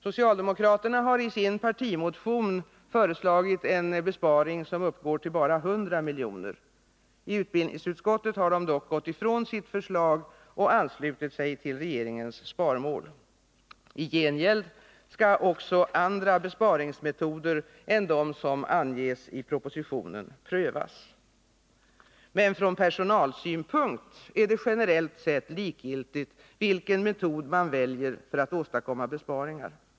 Socialdemokraterna har i sin partimotion föreslagit en besparing som uppgår till endast 100 miljoner. I utbildningsutskottet har de dock gått ifrån sitt förslag och anslutit sig till regeringens sparmål. I gengäld skall också andra besparingsmetoder än de som anges i propositionen prövas. Men från personalsynpunkt är det generellt sett likgiltigt vilken metod man väljer för att åstadkomma besparingar.